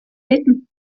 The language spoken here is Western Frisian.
litten